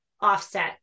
offset